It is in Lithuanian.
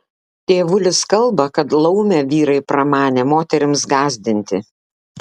tėvulis kalba kad laumę vyrai pramanė moterims gąsdinti